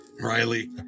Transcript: Riley